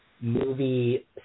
movie